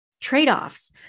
trade-offs